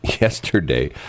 yesterday